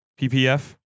PPF